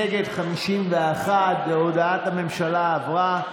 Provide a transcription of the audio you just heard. נגד, 51. הודעת הממשלה עברה.